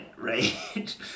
right